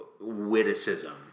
witticism